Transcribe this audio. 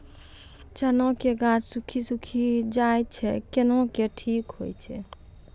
चना के गाछ सुखी सुखी जाए छै कहना को ना ठीक हो छै?